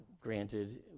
granted